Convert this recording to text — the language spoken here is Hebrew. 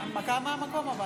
כנסת נכבדה,